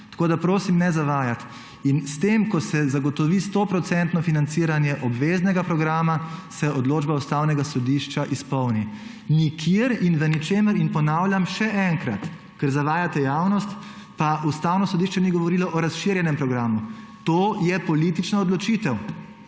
tako da prosim, ne zavajati. S tem, ko se zagotovi 100 % financiranje obveznega programa, se odločba ustavnega sodišča izpolni. Nikjer in v ničemer, in ponavljam še enkrat, ker zavajate javnost, pa Ustavno sodišče ni govorilo o razširjenem programu, to je politična odločitev,